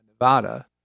Nevada